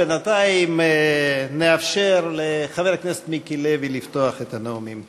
בינתיים נאפשר לחבר הכנסת מיקי לוי לפתוח את הנאומים.